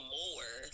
more